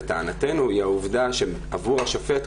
לטענתנו היא העובדה שעבור השופט,